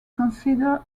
considered